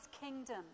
kingdom